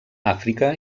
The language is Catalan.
àfrica